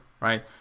right